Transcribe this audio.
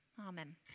Amen